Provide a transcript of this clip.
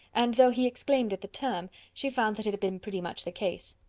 and though he exclaimed at the term, she found that it had been pretty much the case.